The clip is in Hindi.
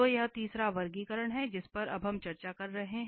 तो यह तीसरा वर्गीकरण है जिस पर हम अब चर्चा कर रहे हैं